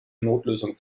notlösung